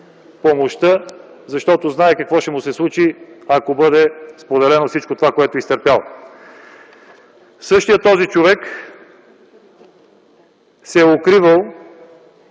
помощ, защото знае какво ще му се случи, ако бъде споделено всичко това, което е изтърпял. Същият този човек се е укривал,